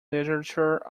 literature